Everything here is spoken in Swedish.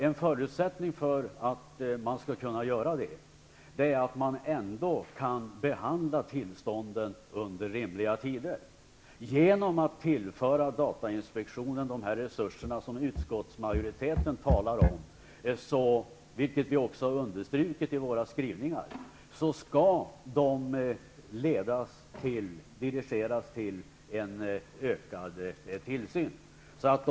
En förutsättning för att göra det är att datainspektionen kan behandla tillståndsansökningar inom rimlig tid. De resurser som utskottsmajoriteten vill tillföra datainspektionen skall dirigeras till en ökad tillsyn. Det har vi också understrukit i våra skrivningar.